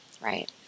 right